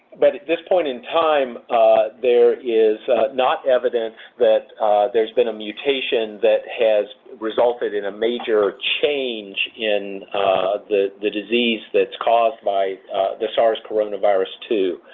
but at this point in time there is not evidence that there's been a mutation that has resulted in a major change in the the disease that's caused by the sars coronavirus two.